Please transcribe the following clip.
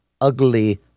ugly